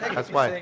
that's right.